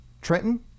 Trenton